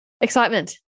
Excitement